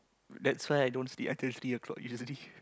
that's why I don't sleep until three o-clock usually